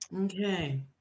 Okay